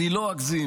אני לא אגזים,